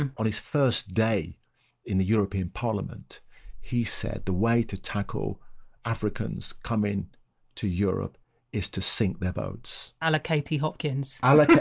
and on his first day in the european parliament he said the way to tackle africans coming to europe is to sink their boats ala katie hopkins ah like ah